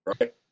right